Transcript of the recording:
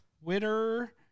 twitter